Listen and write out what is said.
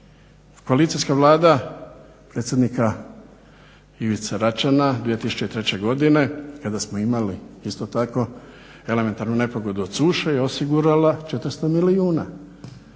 Koalicijska Vlada predsjednika Ivice Račana 2003. godine kada smo imali isto tako elementarnu nepogodu od suše je osigurala 400 milijuna.